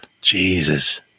Jesus